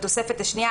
בתוספת השנייה,